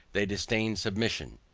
they disdain submission.